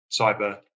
cyber